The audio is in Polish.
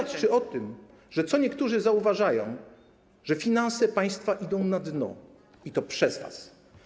To świadczy o tym, że co niektórzy zauważają, że finanse państwa idą na dno, i to przez was.